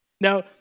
Now